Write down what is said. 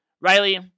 Riley